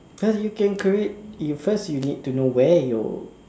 well you can create you first you need to know where you're